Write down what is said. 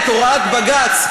את הוראת בג"ץ,